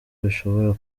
bishobora